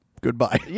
goodbye